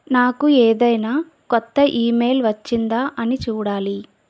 నాకు ఏదైనా కొత్త ఇమెయిల్ వచ్చిందా అని చూడాలి